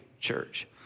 church